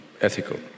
ethical